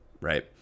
right